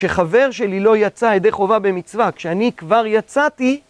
כשחבר שלי לא יצא ידי חובה במצווה, כשאני כבר יצאתי...